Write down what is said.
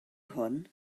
hwn